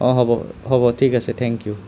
অঁ হ'ব হ'ব ঠিক আছে থেংক ইউ